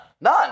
None